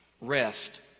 rest